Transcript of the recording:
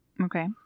Okay